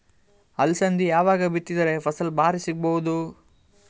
ಅಲಸಂದಿ ಯಾವಾಗ ಬಿತ್ತಿದರ ಫಸಲ ಭಾರಿ ಸಿಗಭೂದು?